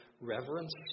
reverence